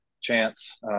Chance